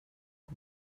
och